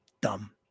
Dumb